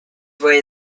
way